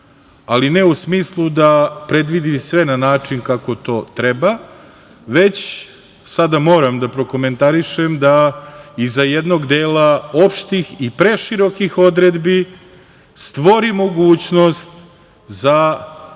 ali ne u smislu da predvidi sve na način kako to treba već, sada moram da prokomentarišem, da iza jednog dela opštih i preširokih odredbi stvori mogućnost za